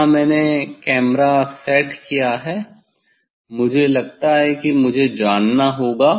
यहाँ मैंने camera set किया है मुझे लगता है कि मुझे जानना होगा